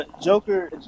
Joker